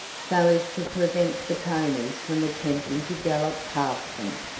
so as to prevent the ponies from attempting to gallop past them.